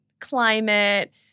climate